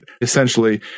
essentially